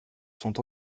sont